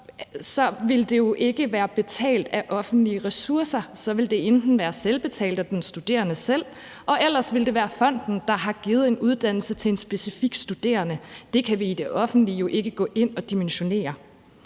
universitet, der var fondsdrevet, for så ville det enten være betalt af den studerende selv, eller også ville det være fonden, der havde givet en uddannelse til en specifik studerende. Og det kan man i det offentlige jo ikke gå ind og dimensionere.